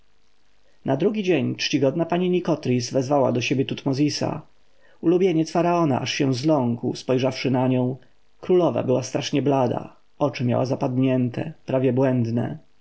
na drugi dzień czcigodna pani nikotris wezwała do siebie tutmozisa ulubieniec faraona aż się zląkł spojrzawszy na nią królowa była strasznie blada oczy miała zapadnięte prawie błędne